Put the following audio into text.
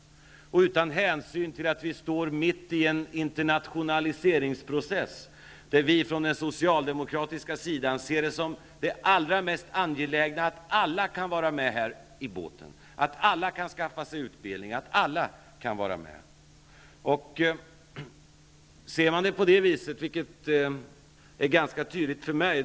Man tar inte hänsyn till att vi står mitt i en internationaliseringsprocess. Vi från den socialdemokratiska sidan ser som det mest angelägna att alla då kan vara med, att alla kan skaffa sig utbildning. Detta är ganska tydligt för mig.